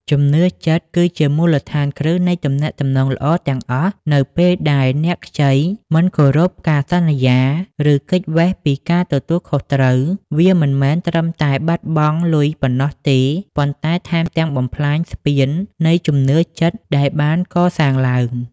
ជំនឿចិត្តគឺជាមូលដ្ឋានគ្រឹះនៃទំនាក់ទំនងល្អទាំងអស់ នៅពេលដែលអ្នកខ្ចីមិនគោរពការសន្យា ឬគេចវេះពីការទទួលខុសត្រូវ វាមិនមែនត្រឹមតែបាត់បង់លុយប៉ុណ្ណោះទេ ប៉ុន្តែថែមទាំងបំផ្លាញស្ពាននៃជំនឿចិត្តដែលបានកសាងឡើង។